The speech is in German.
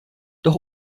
doch